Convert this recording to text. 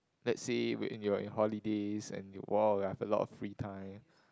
let's say we in you're in holidays and oh you have a lot of free time